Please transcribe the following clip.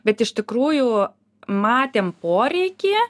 bet iš tikrųjų matėm poreikį